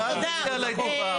ואל תוציא עלי דיבה,